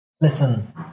listen